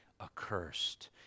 accursed